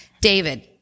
David